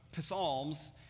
Psalms